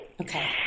Okay